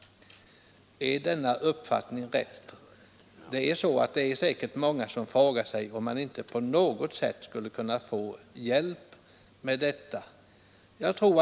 Är denna uppfattning riktig? Det är säkert många som frågar sig om man inte på något sätt skulle kunna få hjälp med dessa kostnader.